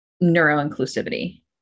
neuro-inclusivity